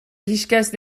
هیچکس